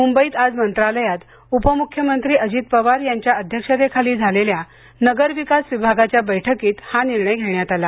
मुंबईत आज मंत्रालयात उपमुख्यमंत्री अजित पवार यांच्या अध्यक्षतेखाली झालेल्या नगरविकास विभागाच्या बैठकीत हा निर्णय घेण्यात आला